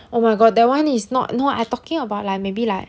oh my god that one is not no I talking about like maybe like